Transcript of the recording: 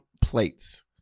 Plates